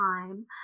time